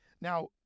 Now